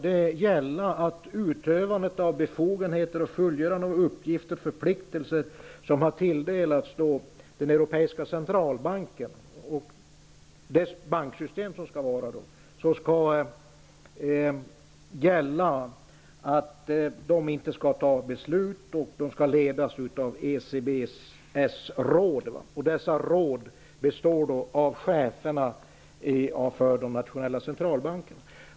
Beträffande utövandet av de befogenheter samt fullgörandet av de uppgifter och förpliktelser som tilldelats den europeiska centralbanken, med dess banksystem, gäller att man inte skall fatta beslut och att man skall ledas av ECBS:s råd. Dessa råd består av cheferna för de nationella centralbankerna.